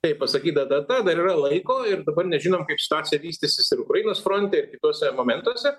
taip pasakyta data dar yra laiko ir dabar nežinom kaip situacija vystysis ir ukrainos fronte ir kituose momentuose